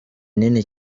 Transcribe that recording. nini